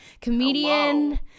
comedian